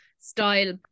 style